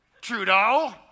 Trudeau